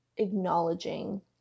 acknowledging